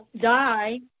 die